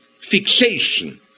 fixation